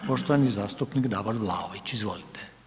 Poštovani zastupnik Davor Vlaović, izvolite.